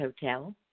Hotel